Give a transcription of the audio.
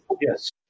Yes